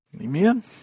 Amen